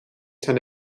tend